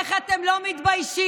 מה זה